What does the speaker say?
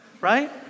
right